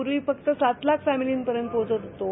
पूर्वी फक्त सात लाख फॅमिली पर्यंत पोहचत होतो